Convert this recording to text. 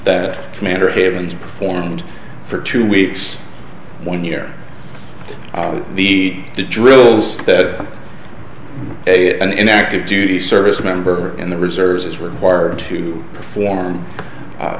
that commander havens performed for two weeks one year on the drills that an active duty service member in the reserves is required to perform